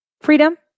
freedom